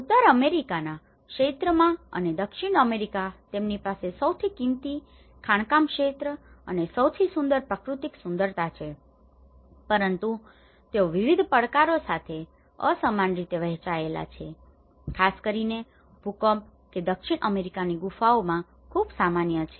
ઉત્તર અમેરિકાના ક્ષેત્રમાં અને દક્ષિણ અમેરિકામાં તેમની પાસે સૌથી કીમતી ખાણકામ ક્ષેત્ર અને સૌથી સુંદર પ્રાકૃતિક સુંદરતા છે પરંતુ તેઓ વિવિધ પડકારો સાથે અસમાન રીતે વહેચાયેલા છે ખાસ કરીને ભૂકંપ કે જે દક્ષિણ અમેરિકાની ગુફાઓમાં ખૂબ સામાન્ય છે